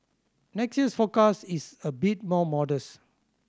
next year's forecast is a bit more modest